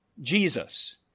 Jesus